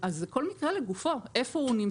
זה כל מקרה לגופו, איפה הוא נמצא.